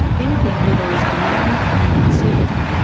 anything where there was demand and uncertainty,